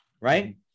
right